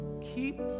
keep